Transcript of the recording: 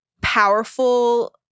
powerful